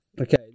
Okay